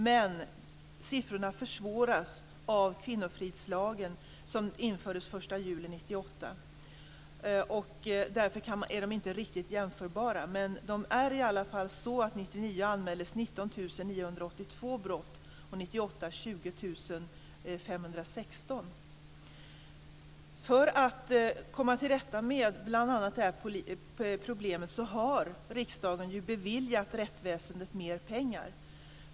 Det här försvåras av kvinnofridslagen, som infördes den 1 juli 1998. Därför är siffrorna inte riktigt jämförbara. Men så här är de i alla fall: 1999 För att man ska komma till rätta med bl.a. det här problemet har riksdagen beviljat rättsväsendet mer pengar.